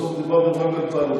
בסוף דובר בכל מיני תהלוכות,